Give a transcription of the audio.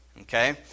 Okay